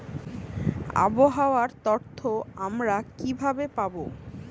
আবহাওয়ার তথ্য আমরা কিভাবে পাব?